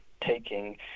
taking